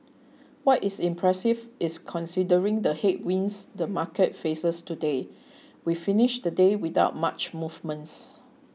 what is impressive is considering the headwinds the market faces today we finished the day without much movements